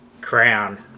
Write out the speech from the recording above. crown